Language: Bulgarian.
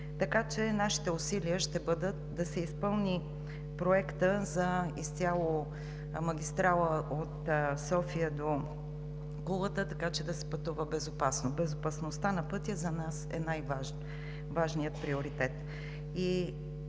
Така че нашите усилия ще бъдат да се изпълни проектът за изцяло магистрала от София до Кулата, така че да се пътува безопасно. Безопасността на пътя за нас е най-важният приоритет.